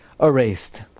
erased